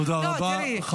תודה רבה.